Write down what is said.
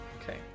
Okay